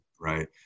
right